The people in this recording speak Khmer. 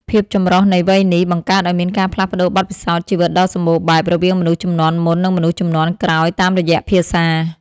ភាពចម្រុះនៃវ័យនេះ បង្កើតឱ្យមានការផ្លាស់ប្តូរបទពិសោធន៍ជីវិតដ៏សម្បូរបែប រវាងមនុស្សជំនាន់មុន និងមនុស្សជំនាន់ក្រោយតាមរយៈភាសា។